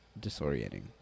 disorienting